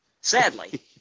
Sadly